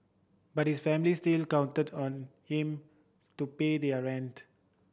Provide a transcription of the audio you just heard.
but his family still counted on him to pay their rent